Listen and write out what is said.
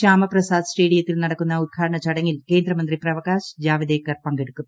ശ്യാമപ്രസാദ് സ്റ്റേഡിയത്തിൽ നടക്കുന്ന ഉദ്ഘാടന ചടങ്ങിൽ കേന്ദ്ര മന്ത്രി പ്രകാശ് ജാവദേക്കർ പങ്കെടുക്കും